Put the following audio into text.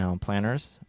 planners